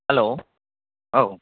hello औ